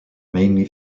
mainly